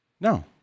No